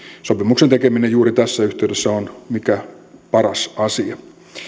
sopimuksen tekeminen juuri tässä yhteydessä on mitä parhain asia